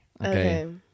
Okay